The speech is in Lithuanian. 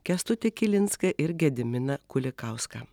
kęstutį kilinską ir gediminą kulikauską